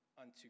unto